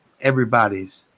everybody's